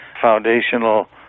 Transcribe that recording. foundational